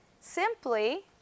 simply